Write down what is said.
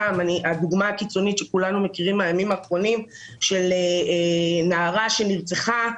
הדוגמה הקיצונית שכולנו מכירים מהימים האחרונים של נערה שנרצחה,